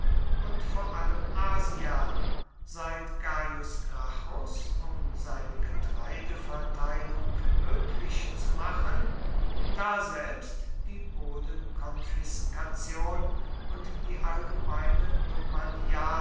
und vor allem asia seit gaius gracchus um seine getreideverteilung möglich zu machen daselbst die bodenkonfiskation und die allgemeine